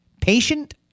patient